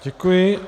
Děkuji.